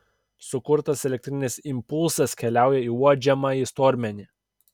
sukurtas elektrinis impulsas keliauja į uodžiamąjį stormenį